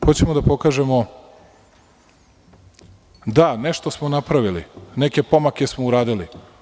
Hoćemo da pokažemo, da, nešto smo napravili, neke pomake smo uradili.